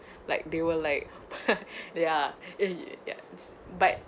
like they will ya eh yes but